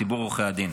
ציבור עורכי הדין.